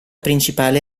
principale